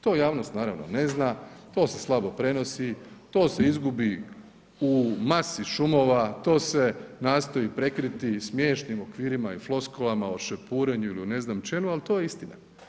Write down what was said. To javnost naravno ne zna, to se slabo prenosi, to se izgubi u masi šumova, to se nastoji prekriti smiješnim okvirima i floskulama o šepurenju ili o ne znam čemu, ali to je istina.